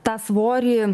tą svorį